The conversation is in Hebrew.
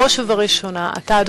בראש ובראשונה אתה,